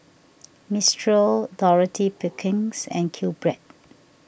Mistral Dorothy Perkins and Qbread